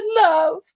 love